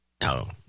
No